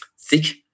thick